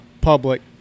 public